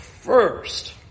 First